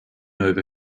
over